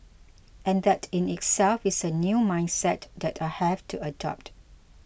and that in itself is a new mindset that I have to adopt